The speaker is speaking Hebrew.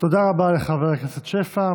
תודה רבה לחבר הכנסת שפע.